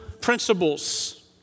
principles